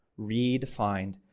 redefined